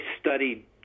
studied